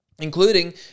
Including